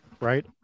right